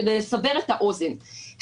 כדי לסבר את האוזן,